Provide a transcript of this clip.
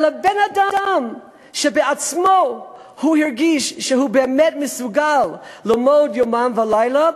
אלא בן-אדם שבעצמו הרגיש שהוא באמת מסוגל ללמוד יומם ולילה,